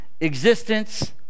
Existence